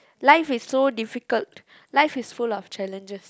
life is so difficult life is full of challenges